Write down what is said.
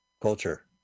culture